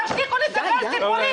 תפסיקו לספר סיפורים,